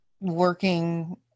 working